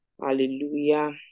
Hallelujah